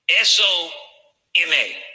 S-O-M-A